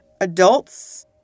adults